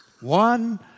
One